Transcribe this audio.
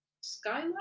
Skylight